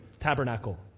Tabernacle